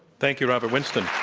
thank you, robert winston.